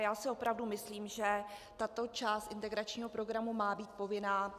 Já si opravdu myslím, že tato část integračního programu má být povinná.